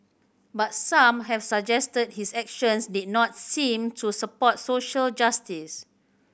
but some have suggested his actions did not seem to support social justice